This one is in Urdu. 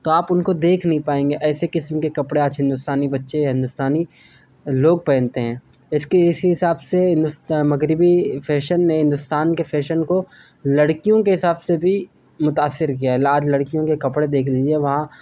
تو آپ ان کو دیکھ نہیں پائیں گے ایسے قسم کے کپڑے آج ہندوستانی بچے یا ہندوستانی لوگ پہنتے ہیں اس کے اسی حساب سے مغربی فیشن نے ہندوستان کے فیشن کو لڑکیوں کے حساب سے بھی متاثر کیا ہے آج لڑکیوں کے کپڑے دیکھ لیجیے وہاں